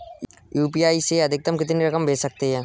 UPI से अधिकतम कितनी रकम भेज सकते हैं?